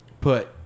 put